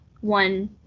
one